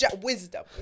wisdom